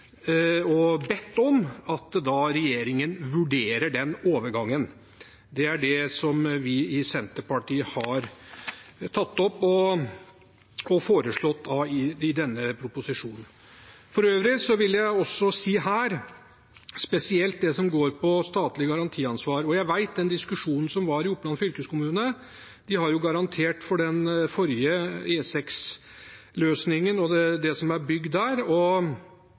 vi bedt om at regjeringen vurderer den overgangen. Det er det vi i Senterpartiet har tatt opp i vårt forslag i innstillingen. For øvrig vil jeg nevne spesielt det som går på statlig garantiansvar, og jeg vet om den diskusjonen som var i Oppland fylkeskommune. De har garantert for den forrige E6-løsningen og det som er bygd der.